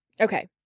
Okay